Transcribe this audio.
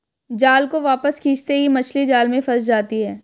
जाल को वापस खींचते ही मछली जाल में फंस जाती है